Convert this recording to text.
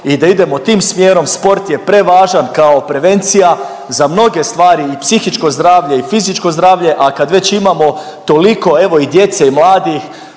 i da idemo tim smjerom. Sport je prevažan kao prevencija za mnoge stvari i psihičko zdravlje i fizičko zdravlje, a kad već imamo toliko evo i djece i mladih